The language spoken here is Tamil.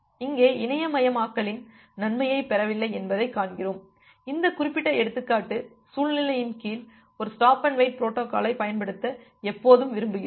இங்கே இணைமயமாக்கலின் நன்மையை பெறவில்லை என்பதைக் காண்கிறோம் இந்த குறிப்பிட்ட எடுத்துக்காட்டு சூழ்நிலையின் கீழ் ஒரு ஸ்டாப் அண்டு வெயிட் பொரோட்டோகாலைப் பயன்படுத்த எப்போதும் விரும்புகிறோம்